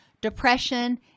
depression